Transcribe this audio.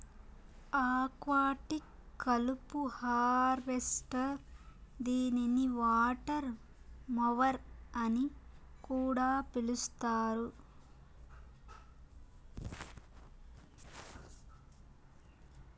aquatic కలుపు harvester దీనిని water mower అని కూడా పిలుస్తారు